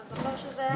אתה זוכר שזה היה?